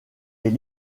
est